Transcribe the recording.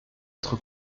être